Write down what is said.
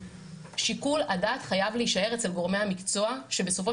שיקול הדעת חייב להישאר אצל גורמי המקצוע שבסופו